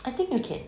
I think you can